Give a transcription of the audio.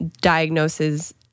diagnoses